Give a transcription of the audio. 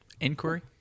Inquiry